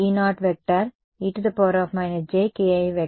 r TE0e jki